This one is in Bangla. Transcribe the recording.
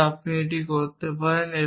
তবে আপনি এটি করতে পারেন